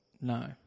No